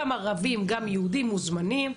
גם ערבים גם יהודים מוזמנים,